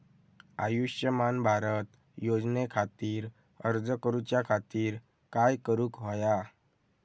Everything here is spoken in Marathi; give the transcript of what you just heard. आयुष्यमान भारत योजने खातिर अर्ज करूच्या खातिर काय करुक होया?